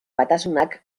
batasunak